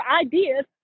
ideas